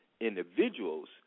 individuals